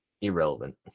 Irrelevant